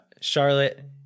Charlotte